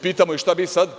Pitamo – šta bi sada?